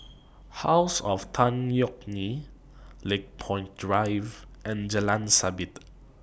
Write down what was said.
House of Tan Yeok Nee Lakepoint Drive and Jalan Sabit